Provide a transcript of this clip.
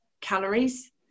calories